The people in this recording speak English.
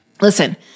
Listen